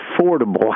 affordable